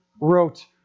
wrote